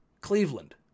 Cleveland